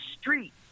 street